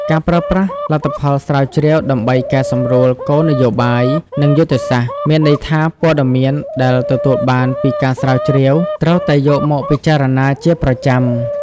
ការប្រើប្រាស់លទ្ធផលស្រាវជ្រាវដើម្បីកែសម្រួលគោលនយោបាយ និងយុទ្ធសាស្ត្រ មានន័យថាព័ត៌មានដែលទទួលបានពីការស្រាវជ្រាវត្រូវតែយកមកពិចារណាជាប្រចាំ។